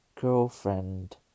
girlfriend